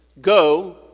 go